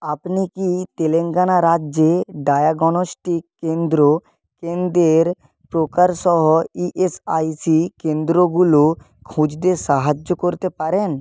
আপনি কি তেলেঙ্গানা রাজ্যে ডায়াগনস্টিক কেন্দ্র কেন্দ্রের প্রকারসহ ইএসআইসি কেন্দ্রগুলো খুঁজতে সাহায্য করতে পারেন